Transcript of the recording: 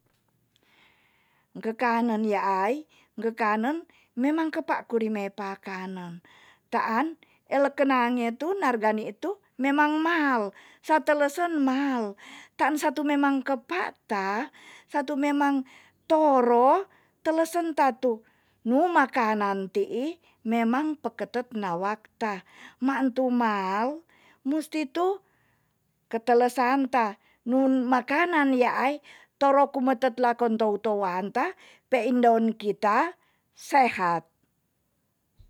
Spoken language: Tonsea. Kekanen yaai kekanen memang kepa kurime pakanen. taan elekenange tu narga nitu, memang mahal. satelesen mahal. taan satu memang kepa ta satu memang toro telesan tatu num makanan ti'i memang peketek nawakta. maan tu mal musti tu ketelesanta nun makanan yaai toro kumetek lakon tou tou wanta peindon kita sehat.